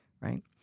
right